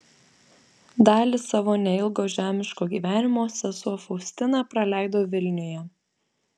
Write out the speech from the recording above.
dalį savo neilgo žemiško gyvenimo sesuo faustina praleido vilniuje